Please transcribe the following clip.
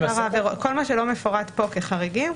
כל מה שלא מפורט פה כחריגים,